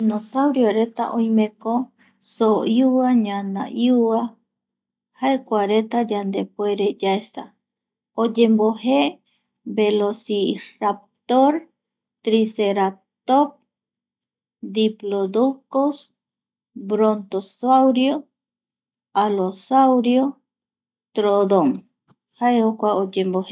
Nosaurioreta oimeko, so iua, ñana, ua jae kua reta yandepuere yaesa, oyembojee, velociraptor, tricerato. diplodocus, brontosaurios, alosaurio, troodon jae jokua oyemboj